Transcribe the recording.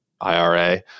IRA